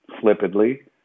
flippantly